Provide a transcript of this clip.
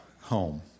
home